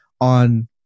on